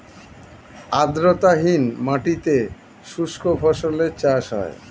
আর্দ্রতাহীন মাটিতে শুষ্ক ফসলের চাষ হয়